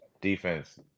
defense